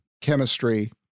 chemistry